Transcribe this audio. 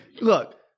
look